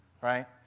right